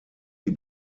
die